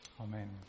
Amen